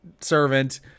servant